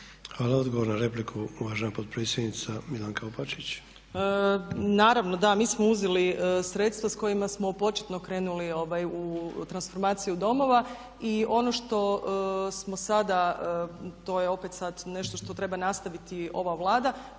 Hvala. Odgovor na repliku, uvažena potpredsjednica Milanka Opačić. **Opačić, Milanka (SDP)** Naravno da, mi smo uzeli sredstva s kojima smo početno krenuli u transformaciju domova i ono što smo sada, to je opet sad nešto što treba nastaviti ova Vlada,